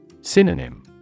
Synonym